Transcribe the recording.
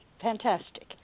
Fantastic